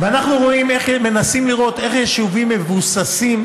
אנחנו מנסים לראות איך יישובים מבוססים,